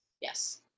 yes